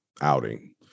outing